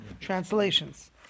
translations